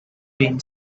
been